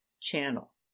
channel